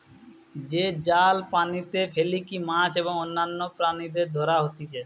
যে জাল পানিতে ফেলিকি মাছ এবং অন্যান্য প্রাণীদের ধরা হতিছে